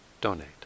donate